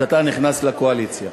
שאתה נכנס לקואליציה.